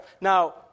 Now